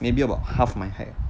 maybe about half my height